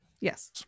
yes